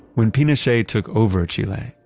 when pinochet took over chile,